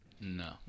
No